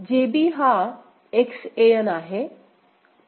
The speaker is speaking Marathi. JB हा X An आहे